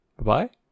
Bye-bye